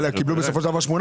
אבל הם קיבלו בסופו של דבר 800,